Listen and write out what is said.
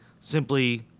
Simply